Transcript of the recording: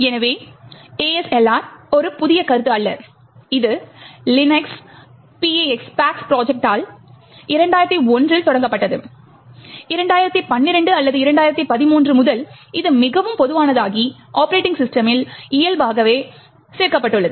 எனவே ASLR ஒரு புதிய கருத்து அல்ல இது லினக்ஸ் PaX ப்ராஜெக்ட்டால் 2001 இல் தொடங்கப்பட்டது 2012 அல்லது 2013 முதல் இது மிகவும் பொதுவானதாகி ஒப்பரேட்டிங் சிஸ்டம்யில் இயல்பாக சேர்க்கப்பட்டுள்ளது